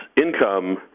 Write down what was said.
income